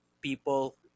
people